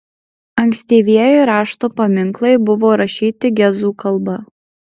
ankstyvieji rašto paminklai buvo rašyti gezu kalba